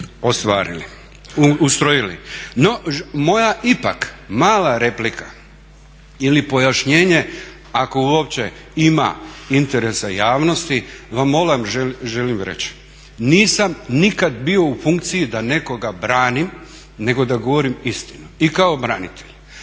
ministarstvo ustrojili. No moja ipak mala replika ili pojašnjenje ako uopće ima interesa javnosti, vam želim reći: nisam nikad bio u funkciji da nekoga branim nego da govorim istinu i kao branitelj.